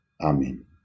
Amen